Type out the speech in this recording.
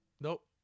Nope